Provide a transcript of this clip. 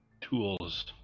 tools